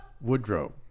Woodrow